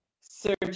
Search